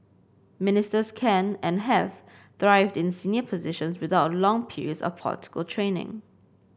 ministers can and have thrived in senior positions without long periods of political training